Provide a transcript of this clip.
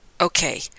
Okay